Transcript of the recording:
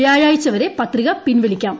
വ്യാഴാഴ്ച വരെ പത്രിക പിൻവലിക്കാം